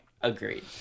agreed